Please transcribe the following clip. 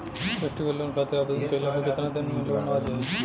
Festival loan खातिर आवेदन कईला पर केतना दिन मे लोन आ जाई?